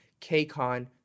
KCON